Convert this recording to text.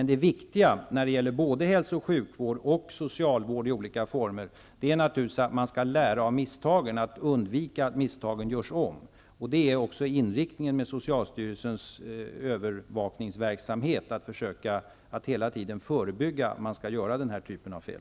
Det viktiga när det gäller både hälso och sjukvård och socialvård i olika former är naturligtvis att man skall lära av misstagen, att undvika att misstag begås igen. Det är också inriktningen med socialstyrelsens övervakningsverksamhet att hela tiden försöka förebygga den här typen av fel.